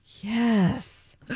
Yes